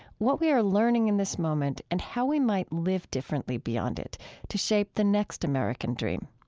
what we are learning in this moment and how we might live differently beyond it to shape the next american dream.